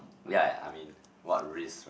ya ya I mean what risk